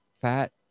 fat